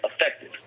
effective